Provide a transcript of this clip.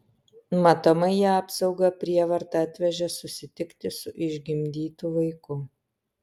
matomai ją apsauga prievarta atvežė susitikti su išgimdytu vaiku